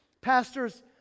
pastors